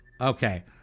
Okay